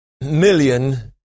million